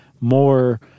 more